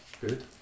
Good